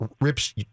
rips